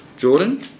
Jordan